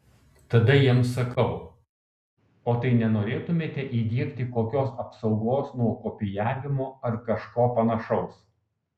tada jiems sakau o tai nenorėtumėte įdiegti kokios apsaugos nuo kopijavimo ar kažko panašaus